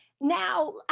Now